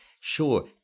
sure